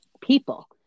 people